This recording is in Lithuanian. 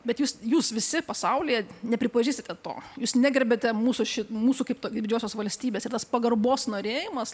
bet jūs jūs visi pasaulyje nepripažįstate to jūs negerbiate mūsų šit mūsų kaip didžiosios valstybės ir tas pagarbos norėjimas